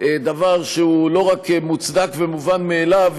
דבר שהוא לא רק מוצדק ומובן מאליו,